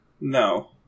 No